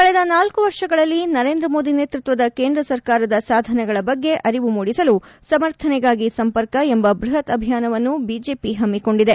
ಕಳೆದ ನಾಲ್ಲು ವರ್ಷಗಳಲ್ಲಿ ನರೇಂದ ಮೋದಿ ನೇತ್ಪತ್ನದ ಕೇಂದ ಸರ್ಕಾರ ಸಾಧನೆಗಳ ಬಗ್ಗೆ ಅರಿವು ಮೂಡಿಸಲು ಸಮರ್ಥನೆಗಾಗಿ ಸಂಪರ್ಕ ಎಂಬ ಬ್ಬಹತ್ ಅಭಿಯಾನವನ್ನು ಬಿಜೆಪಿ ಹಮ್ಮಿಕೊಂಡಿದೆ